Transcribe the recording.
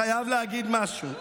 אני חייב להגיד משהו,